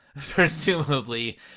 presumably